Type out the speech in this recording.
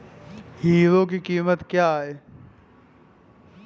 Hero की कीमत क्या है?